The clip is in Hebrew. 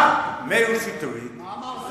רק מאיר שטרית, למה מאיר שטרית?